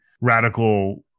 radical